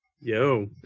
Yo